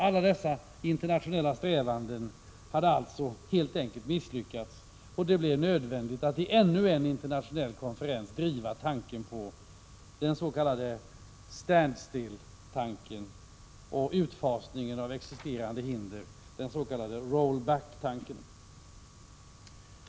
Alla dessa internationella strävanden hade alltså helt enkelt misslyckats, och det blev nödvändigt att i ännu en internationell konferens driva den s.k. stand still-tanken och utfasning av existerande hinder, den s.k. roll back-tanken.